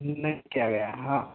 नहीं किया गया है हाँ